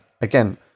again